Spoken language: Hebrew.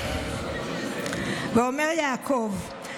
ואומר יעקב,